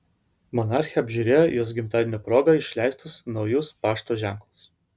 monarchė apžiūrėjo jos gimtadienio proga išleistus naujus pašto ženklus